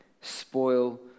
spoil